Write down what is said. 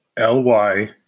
ly